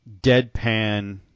deadpan